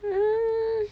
mm